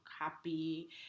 happy